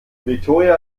victoria